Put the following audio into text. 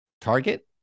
target